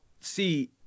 see